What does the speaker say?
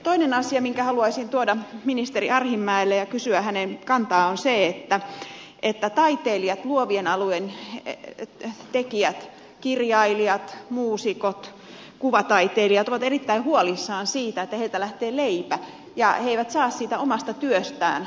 toinen asia minkä haluaisin tuoda ministeri arhinmäelle ja mihin liittyen kysyä hänen kantaansa on se että taiteilijat luovien alojen tekijät kirjailijat muusikot kuvataiteilijat ovat erittäin huolissaan siitä että heiltä lähtee leipä ja he eivät saa sitä omasta työstään